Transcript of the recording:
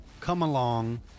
come-along